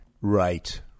Right